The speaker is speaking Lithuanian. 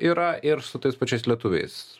yra ir su tais pačiais lietuviais